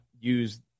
use